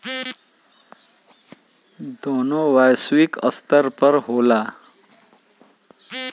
दोनों वैश्विक स्तर पर होला